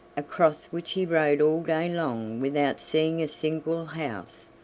across which he rode all day long without seeing a single house,